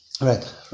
Right